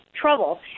trouble